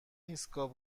ایستگاه